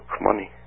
money